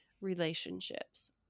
relationships